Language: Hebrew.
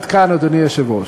עד כאן, אדוני היושב-ראש.